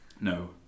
no